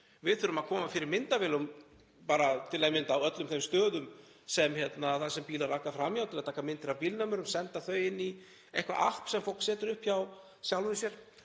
Við þurfum að koma fyrir myndavélum á öllum þeim stöðum þar sem bílar aka fram hjá til að taka myndir af bílnúmerum, senda þau inn í eitthvert app sem fólk setur upp hjá sjálfu sér.